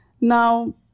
now